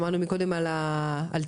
שמענו מקודם על טיפול,